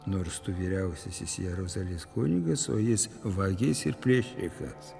nors tu vyriausiasis jeruzalės kunigas o jis vagis ir plėšikas